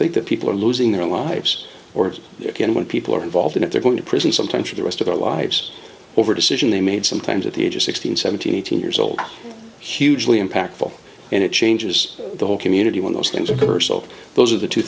think that people are losing their lives or again when people are involved in it they're going to prison sometimes for the rest of their lives over decision they made sometimes at the age of sixteen seventeen eighteen years old hugely impactful and it changes the whole community when those things occur so those are the two